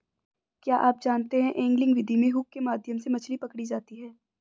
क्या आप जानते है एंगलिंग विधि में हुक के माध्यम से मछली पकड़ी जाती है